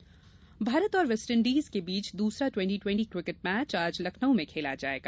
twenty twenty Bharat और West Indies के बीच दूसरा ट्वेंटी ट्वेंटी क्रिकेट मैच आज लखनऊ में खेला जाएगा